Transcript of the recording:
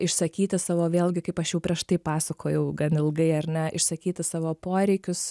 išsakyti savo vėlgi kaip aš jau prieš tai pasakojau gan ilgai ar ne išsakyti savo poreikius